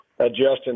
adjusting